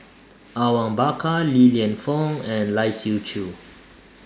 Awang Bakar Li Lienfung and Lai Siu Chiu